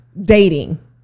dating